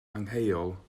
angheuol